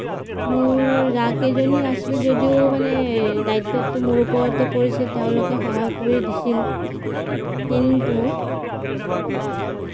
মোৰ জা কেইজনী আছিল যদিও মানে দায়িত্বটো মোৰ ওপৰতে পৰিছিল তেওঁলোকে সহায় কৰি দিছিল কিন্তু